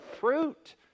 fruit